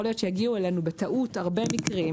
יכול להיות שהגיעו אלינו בטעות הרבה מקרים,